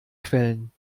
quellen